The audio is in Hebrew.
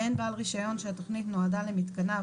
ואין בעל רישיון שהתוכנית נועדה למתקניו